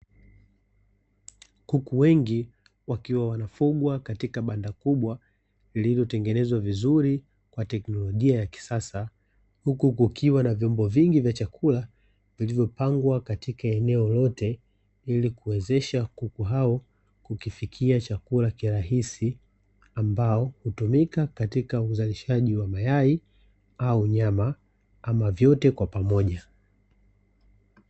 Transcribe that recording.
Kuku wengi wakiwa wanafungwa katika banda kubwa lililo tengenezwa vizuri kwa teknologia ya kisasa huku kukiwa na vyombo vingi vya chakula vilvyopangwa katika eneo lote ilikuwezesha kuku hao kukifikia chakula kirahisi ambao hutumika katika uzalishaji wa mayai au nyama ama vyote kwa pamoja.